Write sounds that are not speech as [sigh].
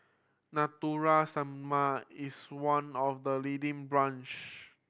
Natura [unintelligible] is one of the leading brands